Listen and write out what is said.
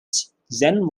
zen